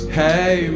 hey